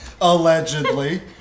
Allegedly